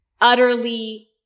utterly